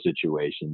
situations